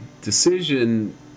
decision